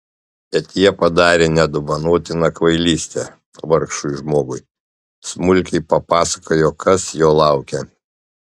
bet jie padarė nedovanotiną kvailystę vargšui žmogui smulkiai papasakojo kas jo laukia